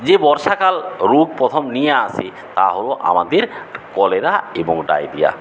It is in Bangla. যে বর্ষাকাল রোগ প্রথম নিয়ে আসে তা হল আমাদের কলেরা এবং ডায়রিয়া